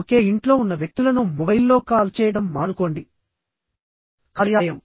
ఒకే ఇంట్లో ఉన్న వ్యక్తులను మొబైల్లో కాల్ చేయడం మానుకోండి కార్యాలయం